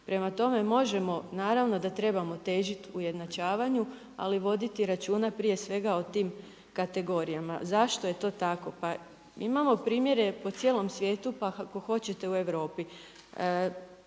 Prema tome možemo, naravno da trebamo težiti ujednačavanju, ali voditi računa prije svega o tim kategorijama. Zašto je to tako? Pa imamo primjere po cijelom svijetu, pa ako hoćete u Europi.